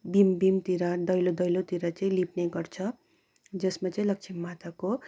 बिम् बिमतिर दैलो दैलोतिर चाहिँ लिप्ने गर्छ जसमा चाहिँ लक्ष्मी माताको